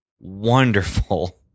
wonderful